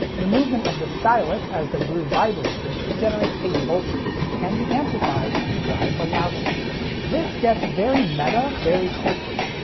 the movement of the stylus as the groove vibrates it generates a voltage which can be amplified to drive a loudspeaker. this gets very meta very quickly.